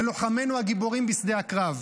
ללוחמינו הגיבורים בשדה הקרב.